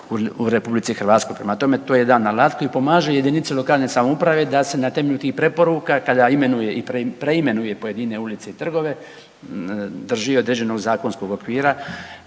ulice, ali i trgovi u RH. Prema tome, to je jedan alat koji pomaže jedinice lokalne samouprave da se na temelju tih preporuka, kada imenuje i preimenuje pojedine ulice i trgove, drži određenog zakonskog okvira